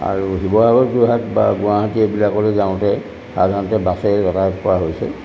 আৰু শিৱসাগৰ যোৰহাট বা গুৱাহাটী এইবিলাকলৈ যাওঁতে সাধাৰণতে বাছেৰে যাতায়ত কৰা হৈছে